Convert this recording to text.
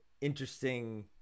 interesting